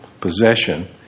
possession